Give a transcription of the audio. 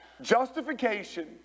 justification